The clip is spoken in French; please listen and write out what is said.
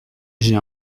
j’ai